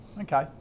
Okay